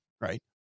right